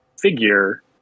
figure